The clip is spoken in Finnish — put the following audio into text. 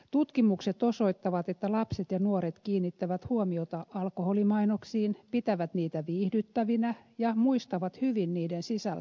tutkimukset osoittavat että lapset ja nuoret kiinnittävät huomiota alkoholimainoksiin pitävät niitä viihdyttävinä ja muistavat hyvin niiden sisältöjä